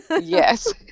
Yes